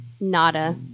Nada